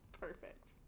Perfect